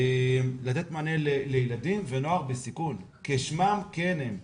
לתת מענה לילדים ונוער בסיכון, כשמם כן הם.